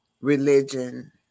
religion